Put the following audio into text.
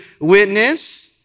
witness